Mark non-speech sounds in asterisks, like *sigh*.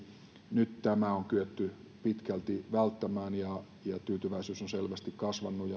nyt tämä on kyetty pitkälti välttämään ja tyytyväisyys on selvästi kasvanut *unintelligible*